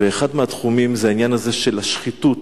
ואחד התחומים הוא העניין הזה של השחיתות,